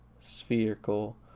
spherical